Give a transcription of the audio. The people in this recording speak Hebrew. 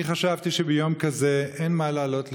אני חשבתי שביום כזה אין מה לעלות לדבר,